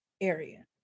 area